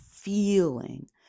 Feeling